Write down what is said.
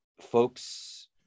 folks